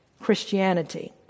Christianity